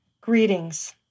greetings